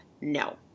no